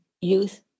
youth